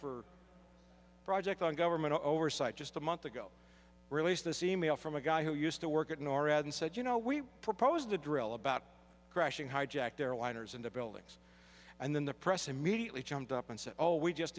for project on government oversight just a month ago released this email from a guy who used to work at norad and said you know we proposed a drill about crashing hijacked airliners into buildings and then the press immediately jumped up and said oh we just